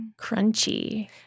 Crunchy